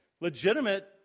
legitimate